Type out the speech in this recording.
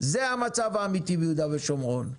זה המצב האמיתי ביהודה ושומרון.